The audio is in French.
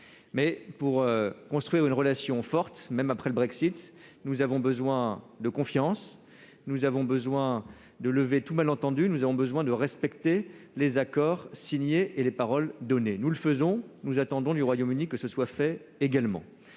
etc. Pour construire une relation forte, même après le Brexit, nous avons besoin de confiance, nous avons besoin de lever tout malentendu, nous avons besoin de respecter les accords signés et les paroles données. C'est ce que nous faisons. Nous attendons qu'il en soit de même